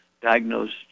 diagnosed